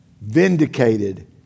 Vindicated